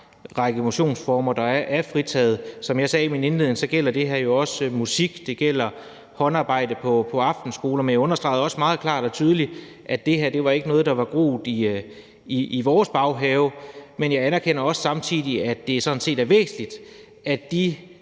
række motionsformer, der er fritaget, og som jeg sagde i min indledning, gælder det her jo også musik, og det gælder håndarbejde på aftenskolerne. Jeg understregede også meget klart og tydeligt, at det her ikke var noget, der var groet i vores baghave, men jeg anerkender også samtidig, at det sådan set er væsentligt, at de